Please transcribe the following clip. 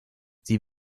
sie